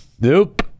Nope